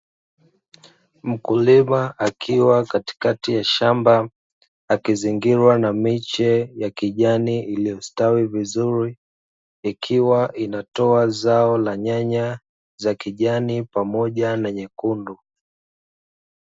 Mkulima akiwa katikati ya shamba akizingirwa na miche ya kijani iliyostawi vizuri, ikiwa inatoa zao la nyanya za kijani pamoja na nyekundu.